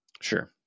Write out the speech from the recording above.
Sure